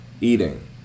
Eating